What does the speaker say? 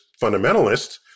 fundamentalists